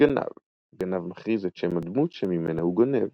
גנב - הגנב מכריז את שם הדמות שממנה הוא גונב.